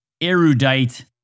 erudite